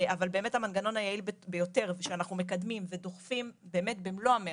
אבל באמת המנגנון היעיל ביותר ושאנחנו מקדמים ודוחפים במלוא המרץ,